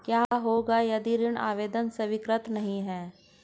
क्या होगा यदि ऋण आवेदन स्वीकृत नहीं है?